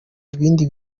ibindi